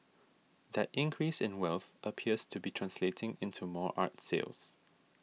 that increase in wealth appears to be translating into more art sales